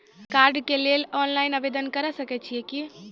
कार्डक लेल ऑनलाइन आवेदन के सकै छियै की?